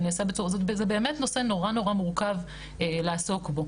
זה באמת נושא נורא נורא מורכב לעסוק בו.